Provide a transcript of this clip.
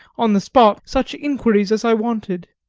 on the spot, such inquiries as i wanted.